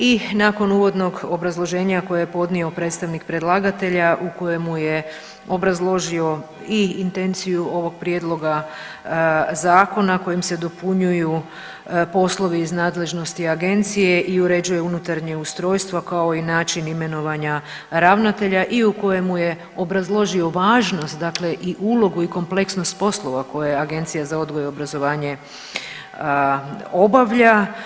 I nakon uvodnog obrazloženja koje je podnio predstavnik predlagatelja u kojemu je obrazložio i intenciju ovog prijedloga zakona kojim se dopunjuju poslovi iz nadležnosti agencije i uređuje unutarnje ustrojstvo kao i način imenovanja ravnatelja i kojemu je obrazložio važnost i ulogu i kompleksnost poslova koje Agencija za odgoj i obrazovanje obavlja.